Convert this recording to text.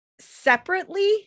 separately